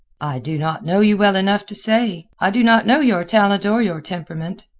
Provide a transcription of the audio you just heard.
i do not know you well enough to say. i do not know your talent or your temperament.